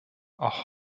auch